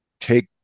take